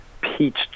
peach